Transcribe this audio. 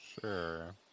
Sure